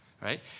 Right